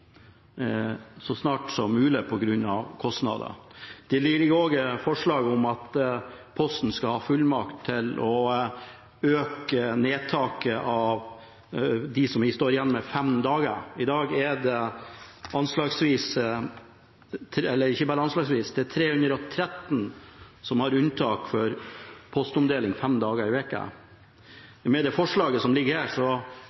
så snart som mulig, på grunn av kostnader. Det ligger også inne forslag om at Posten skal ha fullmakt til å øke omfanget av unntak for dem som står igjen med fem dagers omdeling. I dag er det 318 som har unntak for postomdeling fem dager i